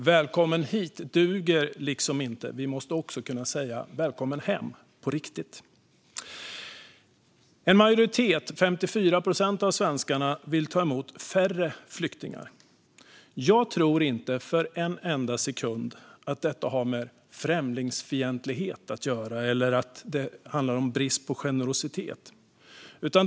"Välkommen hit" duger liksom inte. Vi måste också kunna säga "Välkommen hem" på riktigt. En majoritet av svenskarna, 54 procent, vill ta emot färre flyktingar. Jag tror inte för en enda sekund att detta har att göra med främlingsfientlighet eller brist på generositet.